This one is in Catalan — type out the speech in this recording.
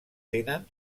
tenen